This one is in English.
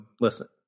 listen